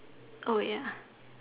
ya